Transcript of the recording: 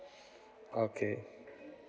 okay